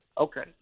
Okay